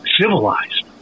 civilized